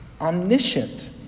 omniscient